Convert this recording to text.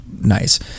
nice